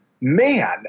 man